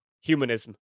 humanism